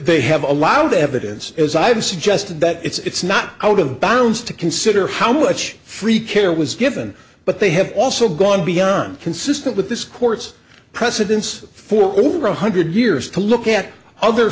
they have allowed evidence as i've suggested that it's not out of bounds to consider how much free care was given but they have also gone beyond consistent with this court's precedence for over one hundred years to look at other